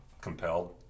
compelled